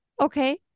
Okay